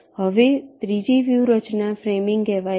હવે ત્રીજી વ્યૂહરચના ફ્રેમિંગ કહેવાય છે